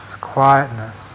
quietness